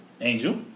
Angel